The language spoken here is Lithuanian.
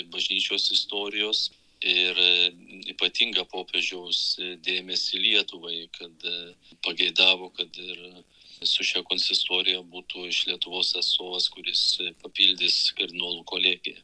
bažnyčios istorijos ir ypatingą popiežiaus dėmesį lietuvai kad pageidavo kad ir su šia konsistorija būtų iš lietuvos atstovas kuris papildys kardinolų kolegiją